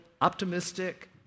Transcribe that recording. optimistic